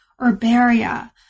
herbaria